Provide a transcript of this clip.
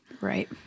Right